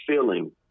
feeling